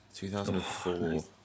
2004